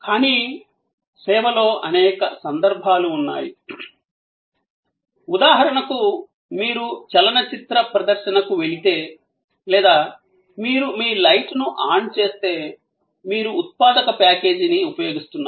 కానీ సేవలో అనేక సందర్భాలు ఉన్నాయి ఉదాహరణకు మీరు చలన చిత్ర ప్రదర్శనకు వెళితే లేదా మీరు మీ లైట్ ను ఆన్ చేస్తే మీరు ఉత్పాదక ప్యాకేజీని ఉపయోగిస్తున్నారు